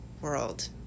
world